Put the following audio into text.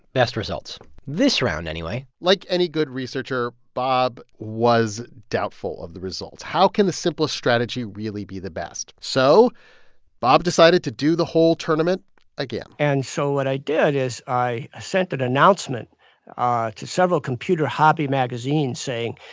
best results this round, anyway like any good researcher, bob was doubtful of the results. how can the simple strategy really be the best? so bob decided to do the whole tournament again and so what i did is i sent an announcement ah to several computer hobby magazines saying,